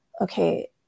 okay